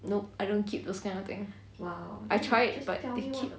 nope I don't keep those kind of thing I tried but they keep